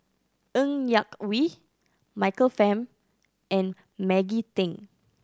Ng Yak Whee Michael Fam and Maggie Teng